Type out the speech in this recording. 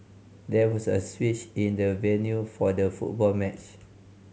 there was a switch in the venue for the football match